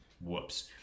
Whoops